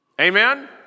amen